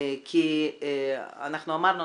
אנחנו אמרנו,